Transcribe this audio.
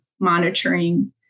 monitoring